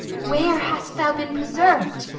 where hast thou been preserv'd?